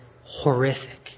horrific